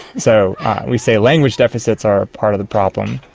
so we say language deficits are part of the problem.